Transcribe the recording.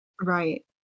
Right